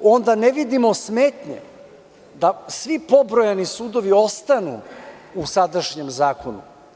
onda ne vidimo smetnje da svi pobrojani sudovi ostanu u sadašnjem zakonu.